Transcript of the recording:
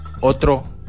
otro